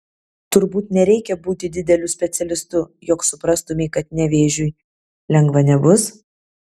turbūt nereikia būti dideliu specialistu jog suprastumei kad nevėžiui lengva nebus